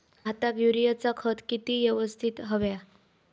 भाताक युरियाचा खत किती यवस्तित हव्या?